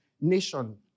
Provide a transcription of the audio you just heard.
nation